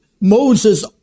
Moses